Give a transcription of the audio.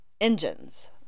engines